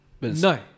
No